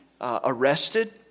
arrested